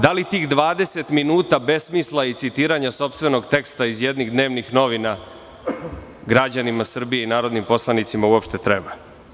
Da li tih 20 minuta besmisla i citiranja sopstvenog teksta iz jednih dnevnih novina građanima Srbije i narodnim poslanicima uopšte treba?